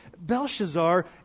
Belshazzar